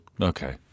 Okay